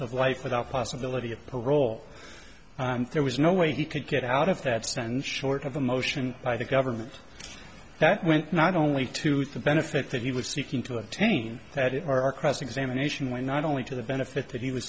of life without possibility of parole and there was no way he could get out of that send short of a motion by the government that went not only to the benefit that he was seeking to attain that in our cross examination were not only to the benefit that he was